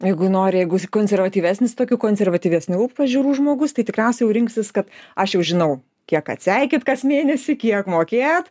jeigu nori jeigu konservatyvesnis tokių konservatyvesnių pažiūrų žmogus tai tikriausiai jau rinksis kad aš jau žinau kiek atseikėt kas mėnesį kiek mokėt